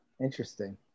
Interesting